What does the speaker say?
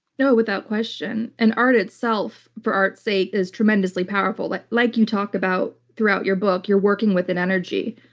no, without question. and art itself, for art's sake, is tremendously powerful. like like you talk about throughout your book, you're working with an energy.